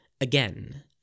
again